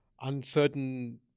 uncertain